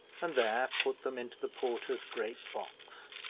and there put them into the porter's great box,